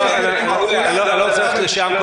יוליה, אני לא רוצה ללכת לשם.